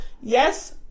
yes